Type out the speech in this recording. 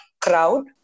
crowd